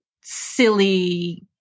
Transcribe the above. silly